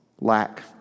lack